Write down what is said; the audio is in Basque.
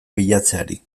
bilatzeari